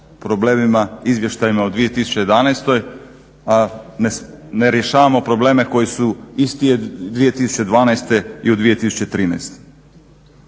problemima, izvještajima u 2011., a ne rješavamo probleme koji su isti 2012. i 2013.